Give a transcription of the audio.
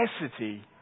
necessity